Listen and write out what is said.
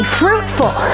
fruitful